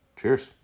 Cheers